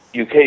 UK